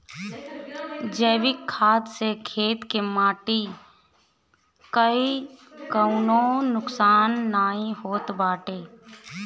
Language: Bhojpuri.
जैविक खाद से खेत के माटी कअ कवनो नुकसान नाइ होत बाटे